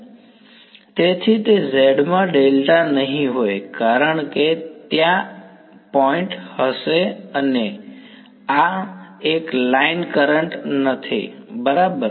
વિદ્યાર્થી તેથી તે z માં ડેલ્ટા નહીં હોય કારણ કે ત્યાં એક પોઈન્ટ હશે આ એક લાઇન કરંટ નથી બરાબર